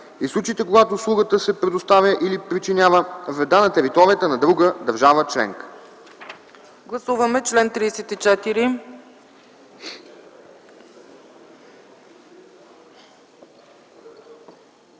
в случаите, когато услугата се предоставя или причинява вреда на територията на друга държава членка.”